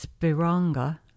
Spiranga